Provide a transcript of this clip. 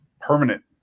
permanent